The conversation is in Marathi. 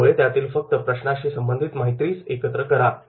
त्यामुळे त्यातील फक्त प्रश्नाशी संबंधित माहितीच एकत्र करा